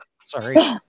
Sorry